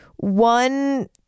One